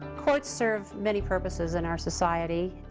courts serve many purposes in our society,